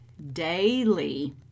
daily